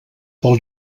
pel